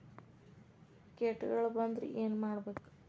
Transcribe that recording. ಕೇಟಗಳ ಬಂದ್ರ ಏನ್ ಮಾಡ್ಬೇಕ್?